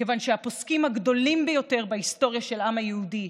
כיוון שהפוסקים הגדולים ביותר בהיסטוריה של העם היהודי,